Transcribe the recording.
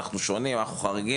אנחנו שונים?״ ואני אומר,